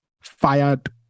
fired